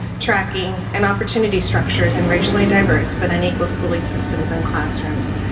tracking and opportunity structures and racially diverse but unequal schooling systems and classrooms.